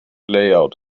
layout